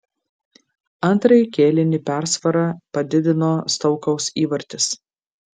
antrąjį kėlinį persvarą padidino stoukaus įvartis